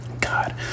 God